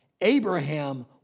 Abraham